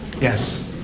Yes